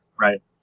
Right